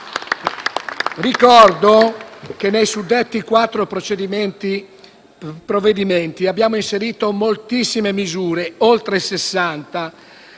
Ricordo che nei suddetti quattro provvedimenti abbiamo inserito moltissime misure, oltre